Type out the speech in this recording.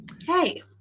hey